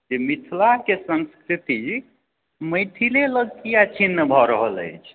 मिथिलाके संस्कृति मिथिले लग चिन्ह भए रहल अछि